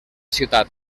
ciutat